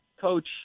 coach